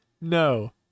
no